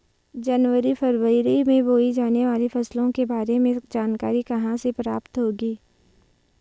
जनवरी फरवरी में बोई जाने वाली फसलों के बारे में सही जानकारी कहाँ से प्राप्त होगी?